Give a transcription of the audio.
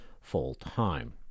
full-time